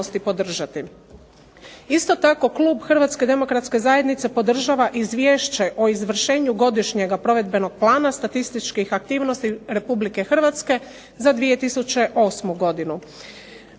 Isto tako klub HDZ-a podržava Izvješće o izvršenju Godišnjega provedbenog plana statističkih aktivnosti RH za 2008. godinu.